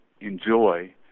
enjoy